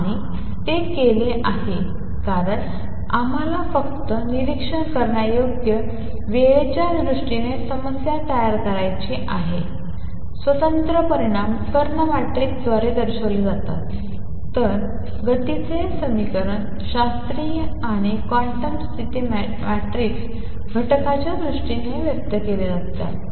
आणि ते केले आहे कारण आम्हाला फक्त निरीक्षण करण्यायोग्य वेळेच्या दृष्टीने समस्या तयार करायची आहे स्वतंत्र परिमाण कर्ण मॅट्रिक्स द्वारे दर्शविले जातात तर गतीचे समीकरण शास्त्रीय आणि क्वांटम स्थिती मॅट्रिक्स घटकांच्या दृष्टीने व्यक्त केले जाते